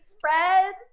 Fred